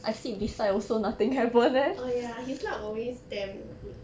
oh ya his luck always damn good